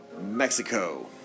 Mexico